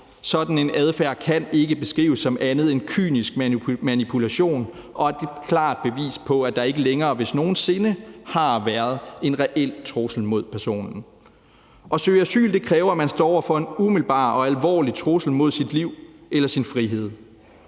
baghave, kan ikke beskrives som andet en kynisk manipulation og er et klart bevis på, at der ikke længere, hvis nogen sinde, har været en reel trussel mod personen. At søge asyl kræver, at man står over for en umiddelbar og alvorlig trussel mod sit liv eller sin frihed.